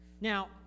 Now